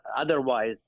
otherwise